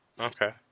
Okay